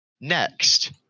next